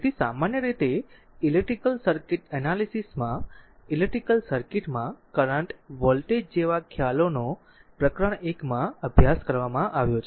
તેથી સામાન્ય રીતે ઈલેક્ટ્રીકલ સર્કિટ એનાલીસીસ માં ઈલેક્ટ્રીકલ સર્કિટમાં કરંટ વોલ્ટેજ જેવા ખ્યાલનો પ્રકરણ 1 માં અભ્યાસ કરવામાં આવ્યો છે